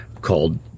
called